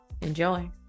enjoy